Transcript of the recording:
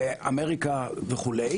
אמריקה וכו'.